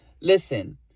listen